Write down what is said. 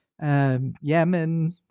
Yemen